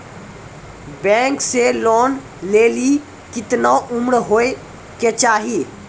Bank से loan लेली केतना उम्र होय केचाही?